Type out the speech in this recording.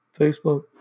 Facebook